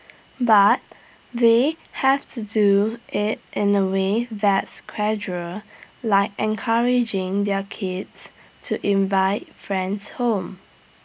but they have to do IT in A way that's casual like encouraging their kids to invite friends home